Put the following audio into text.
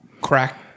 crack